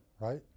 right